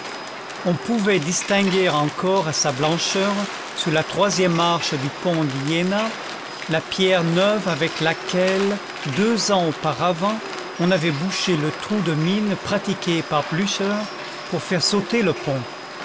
on pouvait distinguer encore à sa blancheur sous la troisième arche du pont d'iéna la pierre neuve avec laquelle deux ans auparavant on avait bouché le trou de mine pratiqué par blücher pour faire sauter le pont